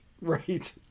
Right